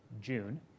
June